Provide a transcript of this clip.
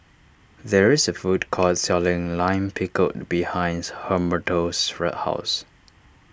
there is a food court selling Lime Pickle behind Humberto's house